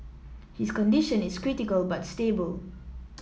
his condition is critical but stable